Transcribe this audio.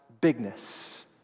bigness